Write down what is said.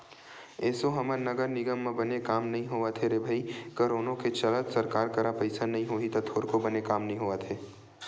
एसो हमर नगर निगम म बने काम नइ होवत हे रे भई करोनो के चलत सरकार करा पइसा नइ होही का थोरको बने काम नइ होवत हे